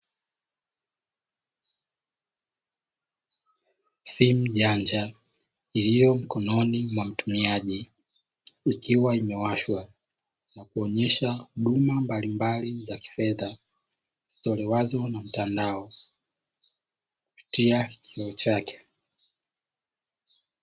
Simu janja iliyo mkononi mwa mtumiaji ikiwa imewashwa na kuonyesha huduma mbalimbali za kifedha zitolewazo na mtandao kupitia kioo chake.